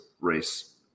race